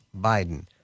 Biden